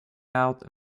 out